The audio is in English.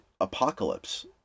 apocalypse